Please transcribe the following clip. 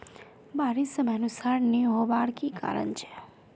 बारिश समयानुसार नी होबार की कारण छे?